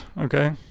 okay